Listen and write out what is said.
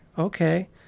Okay